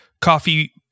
coffee